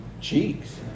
cheeks